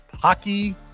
hockey